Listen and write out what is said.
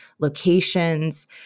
locations